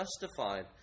justified